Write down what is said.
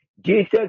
Jesus